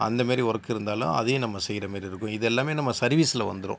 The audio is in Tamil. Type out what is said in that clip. அந்த மாதிரி ஒர்க் இருந்தாலும் அதையும் நம்ம செயகிற மாதிரி இருக்கும் இதெல்லாமே நம்ம சர்வீஸ்ல வந்துடும்